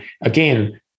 Again